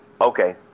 Okay